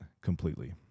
completely